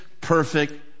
perfect